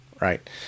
right